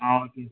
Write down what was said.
ah okay sir